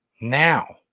Now